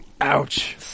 Ouch